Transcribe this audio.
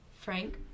Frank